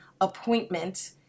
appointment